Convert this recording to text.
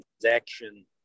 transaction